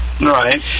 Right